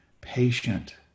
patient